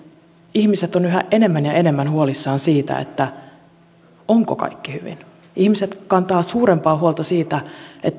ihmiset ovat yhä enemmän ja enemmän huolissaan siitä onko kaikki hyvin ihmiset kantavat suurempaa huolta siitä